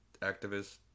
activist